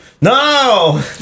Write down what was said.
No